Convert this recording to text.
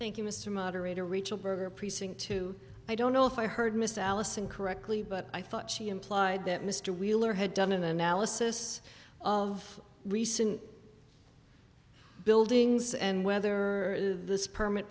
thank you mr moderator rachel berger precinct two i don't know if i heard mr allison correctly but i thought she implied that mr wheeler had done an analysis of recent buildings and whether this perm